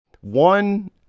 one